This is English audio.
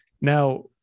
Now